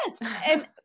Yes